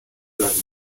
las